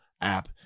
app